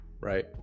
right